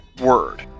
word